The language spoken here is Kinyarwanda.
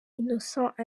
innocent